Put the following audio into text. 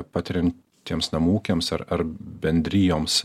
patiriantiems namų ūkiams ar ar bendrijoms